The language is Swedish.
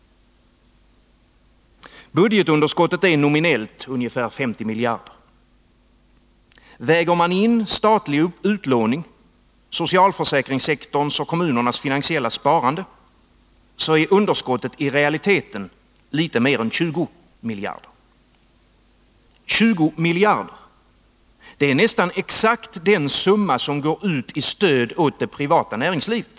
Budgetunderskottet är nominellt ungefär 50 miljarder. Väger man in statlig utlåning, socialförsäkringssektorns och kommunernas finansiella Nr 30 sparande, är underskottet i realiteten litet mer än 20 miljarder. 20 miljarder — Torsdagen den det är nästan exakt den summa som går ut i stöd åt det privata näringslivet.